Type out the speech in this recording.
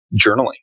journaling